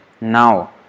now